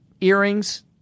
earrings